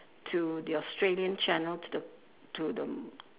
to the australian channel to the to the